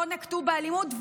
לא נקטו אלימות,